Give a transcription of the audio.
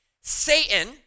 Satan